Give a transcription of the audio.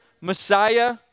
Messiah